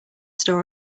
store